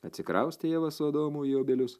atsikraustė ieva su adomu į obelius